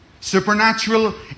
Supernatural